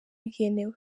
ugenewe